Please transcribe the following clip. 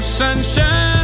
sunshine